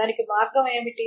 దానికి మార్గం ఏమిటి